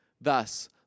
Thus